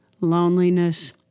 Loneliness